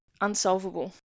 unsolvable